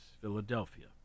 Philadelphia